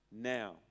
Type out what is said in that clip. now